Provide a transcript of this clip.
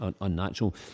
unnatural